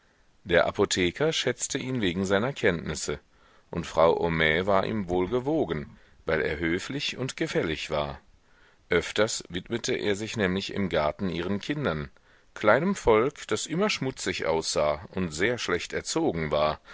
der apotheker schätzte ihn wegen seiner kenntnisse und frau homais war ihm wohlgewogen weil er höflich und gefällig war öfters widmete er sich nämlich im garten ihren kindern kleinem volk das immer schmutzig aussah und sehr schlecht erzogen war